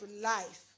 life